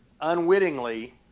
unwittingly